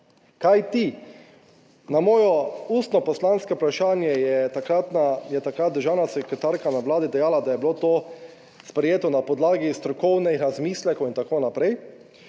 kajti na moje ustno poslansko vprašanje je takrat državna sekretarka na Vladi dejala, da je bilo to sprejeto na podlagi strokovnih razmislekov in tako naprej.